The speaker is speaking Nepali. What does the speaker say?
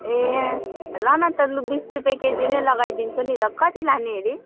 ए ल न त लु बिस रुपियाँ केजी नै लगाइदिन्छु नि त कति लाने अरे